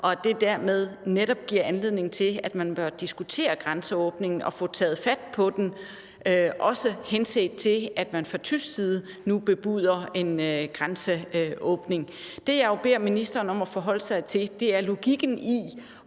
giver dermed netop anledning til, at man bør diskutere grænseåbningen og få taget fat på den, også henset til at man fra tysk side nu bebuder en grænseåbning. Det, jeg jo beder ministeren om at forholde sig til, er logikken i